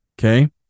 Okay